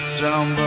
Down